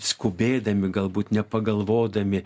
skubėdami galbūt nepagalvodami